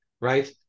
right